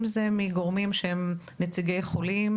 אם זה מנציגי החולים,